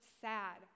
sad